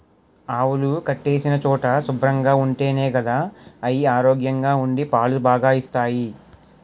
ఆవులు కట్టేసిన చోటు శుభ్రంగా ఉంటేనే గదా అయి ఆరోగ్యంగా ఉండి పాలు బాగా ఇస్తాయి